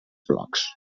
blocs